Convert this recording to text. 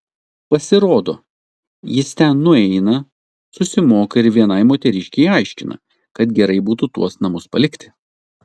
pasirodo jis ten nueina susimoka ir vienai moteriškei aiškina kad gerai būtų tuos namus palikti